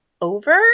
over